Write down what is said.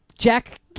Jack